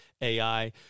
AI